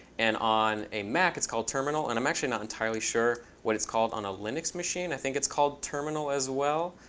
and on a mac, it's called terminal. and i'm actually not entirely sure what it's called on a linux machine. i think it's called terminal as well.